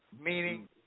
meaning